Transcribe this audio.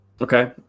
Okay